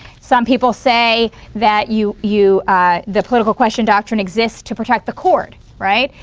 some people say that you you the political question doctrine exists to protect the court, right?